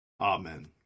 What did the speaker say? Amen